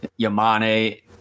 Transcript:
Yamane